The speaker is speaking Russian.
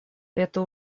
эта